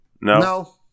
No